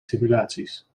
simulaties